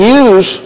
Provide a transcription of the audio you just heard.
use